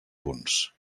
punts